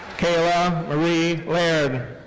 kayla marie laird.